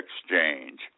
Exchange